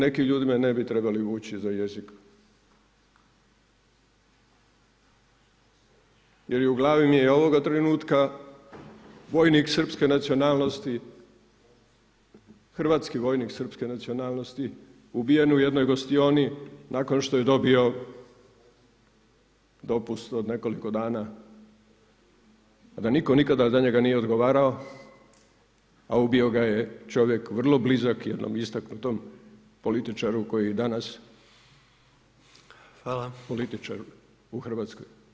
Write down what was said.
Neki ljudi me ne bi trebali vući za jezik jer u glavi mi je ovog trenutka vojnik Srpske nacionalnosti, hrvatski vojnik Srpske nacionalnosti ubijen u jednoj gostioni nakon što je dobio dopust od nekoliko dana, a da niko nikada za njega nije odgovarao, a ubio ga je čovjek vrlo blizak jednom istaknutom političaru koji danas, [[Upadica predsjednik: Hvala.]] političaru u Hrvatskoj.